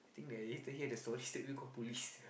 after hear the story straightaway call police